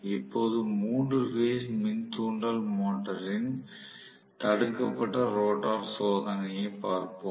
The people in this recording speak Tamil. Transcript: இப்போது 3 பேஸ் மின் தூண்டல் மோட்டரின் தடுக்கப்பட்ட ரோட்டார் சோதனையைப் பார்ப்போம்